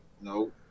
No